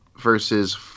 versus